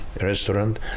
restaurant